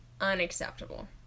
unacceptable